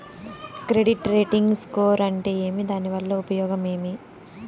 Credit rating score అంటే ఏమి దాని వల్ల ఉపయోగం ఏమి?